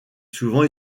souvent